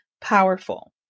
powerful